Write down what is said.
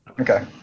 Okay